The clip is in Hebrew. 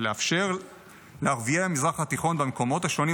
ואפשר לערביי המזרח התיכון במקומות השונים,